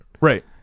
Right